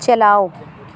چلاؤ